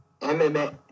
MMA